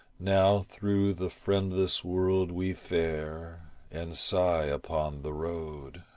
now through the friendless world we fare and sigh upon the road.